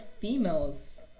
females